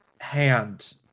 hand